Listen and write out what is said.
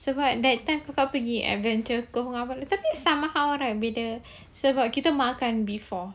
sebab that time kau pergi adventure cove tapi ini somehow right sebab kita makan before